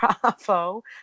Bravo